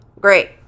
Great